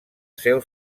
seu